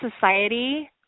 society